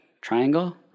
triangle